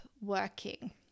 working